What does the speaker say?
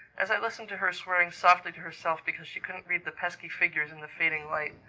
as i listened to her swearing softly to herself because she couldn't read the pesky figures in the fading light,